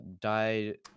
died